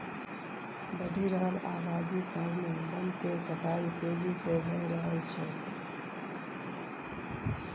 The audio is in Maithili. बढ़ि रहल अबादी कारणेँ बन केर कटाई तेजी से भए रहल छै